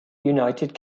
united